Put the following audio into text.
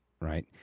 right